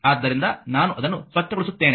ಆದ್ದರಿಂದ ನಾನು ಅದನ್ನು ಸ್ವಚ್ಛಗೊಳಿಸುತ್ತೇನೆ